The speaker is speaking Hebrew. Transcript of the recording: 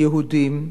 ליהודים,